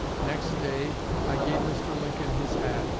next day i gave mr. lincoln his hat,